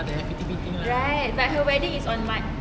right but her wedding is on march